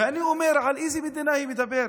ואני אומר, על איזו מדינה היא מדברת?